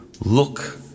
look